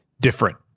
different